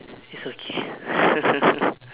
is okay